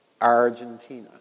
Argentina